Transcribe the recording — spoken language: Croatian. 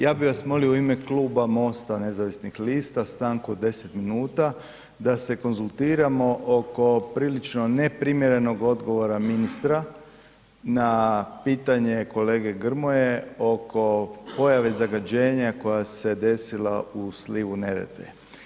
Ja bi vas molio u ime Kluba MOST-a nezavisnih lista stanku od 10 minuta da se konzultiramo oko prilično neprimjerenog odgovora ministra na pitanje kolege Grmoje oko pojave zagađenja koja se desila u slivu Neretve.